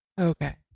Okay